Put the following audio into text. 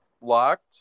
locked